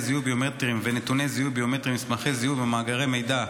זיהוי ביומטריים ונתוני זיהוי ביומטריים במסמכי זיהוי ובמאגרי מידע,